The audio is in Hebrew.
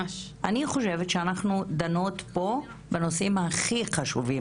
אני חושבת שאנחנו דנות פה בנושאים הכי חשובים